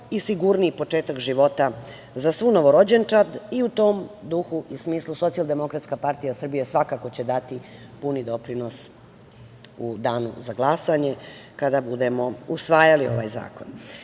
i sigurniji početak života za svu novorođenčad i u tom duhu i smislu SDPS svakako će dati puni doprinos u danu za glasanje kada budemo usvajali ovaj zakon. Ono